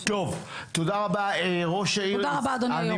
תודה רבה לך אדוני היו״ר.